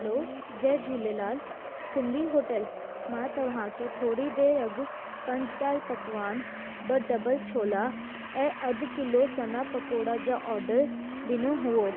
हलो जय झूलेलाल सिंधी होटेल मां तव्हां खे थोरी देर अॻु पंज दाल पकिवान ॿ ढॿल छोला ऐं अधु किलो सना पकोड़ा जा ऑडर ॾिनो हुओ